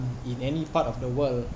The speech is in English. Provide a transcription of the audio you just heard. in any part of the world